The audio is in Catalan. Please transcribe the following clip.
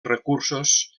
recursos